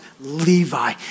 Levi